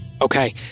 Okay